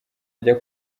ajya